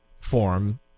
form